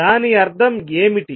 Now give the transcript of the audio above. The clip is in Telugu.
దాని అర్థం ఏమిటి